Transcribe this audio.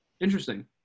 interesting